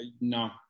no